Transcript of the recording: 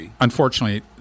unfortunately